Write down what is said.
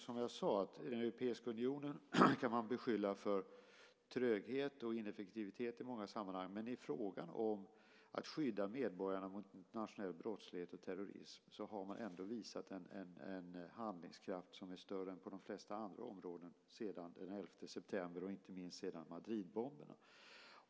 Som jag sade kan man beskylla den europeiska unionen för tröghet och ineffektivitet i många sammanhang, men i frågan om att skydda medborgarna mot internationell brottslighet och terrorism har man ändå visat en handlingskraft som är större än på de flesta andra områden sedan den 11 september och inte minst sedan Madridbomberna.